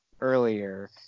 earlier